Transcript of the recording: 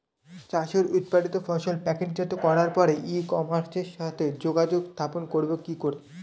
চাষের উৎপাদিত ফসল প্যাকেটজাত করার পরে ই কমার্সের সাথে যোগাযোগ স্থাপন করব কি করে?